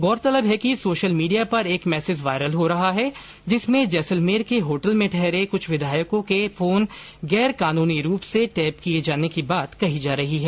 गौरतलब है कि सोशल मीडिया पर एक मैसेज वायरल हो रहा है जिसमें जैसलमेर के होटल में ठहरे कुछ विधायकों के फोन गैर कानूनी रूप से टैप किये जाने की बात कही जा रही है